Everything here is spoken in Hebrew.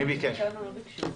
אלצנו לא ביקשנו.